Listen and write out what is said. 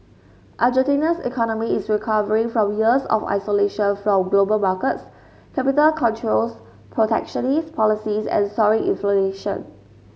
Argentina's economy is recovering from years of isolation from global markets capital controls protectionist policies and soaring inflation